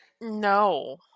No